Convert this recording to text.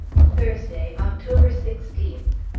thursday, october sixteenth.